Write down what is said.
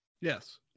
yes